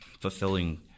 fulfilling